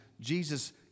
Jesus